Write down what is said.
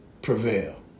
prevail